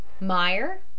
Meyer